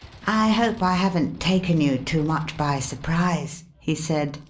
i hope i haven't taken you too much by surprise, he said,